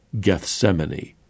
Gethsemane